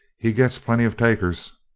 he gets plenty of takers!